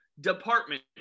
department